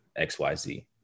xyz